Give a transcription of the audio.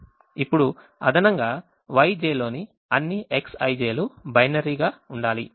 ఇప్పుడు అదనంగా Yj లోని అన్ని Xij లు బైనరీ గా ఉండాలి